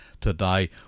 today